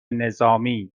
نظامی